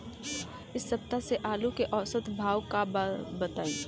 एक सप्ताह से आलू के औसत भाव का बा बताई?